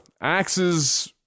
axes